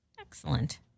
excellent